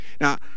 Now